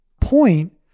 point